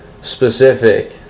specific